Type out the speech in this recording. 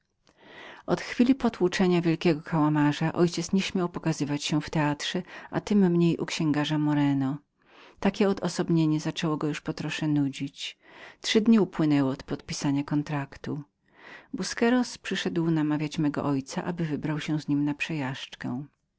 od chwili roztłuczenia wielkiego kotła mój ojciec nie śmiał już pokazywać się w teatrze a tem mniej u księgarza moreno ostatnia ta przyjaźń zaczynała go już nudzić trzy dni upłynęły od podpisania kontraktu busqueros przyszedł namawiać mego ojca aby wyjechał z nim na przechadzkę